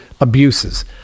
abuses